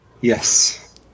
yes